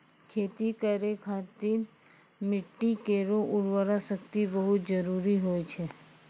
खेती करै खातिर मिट्टी केरो उर्वरा शक्ति बहुत जरूरी होय छै